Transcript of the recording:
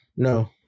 no